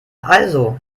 also